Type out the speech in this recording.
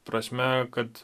prasme kad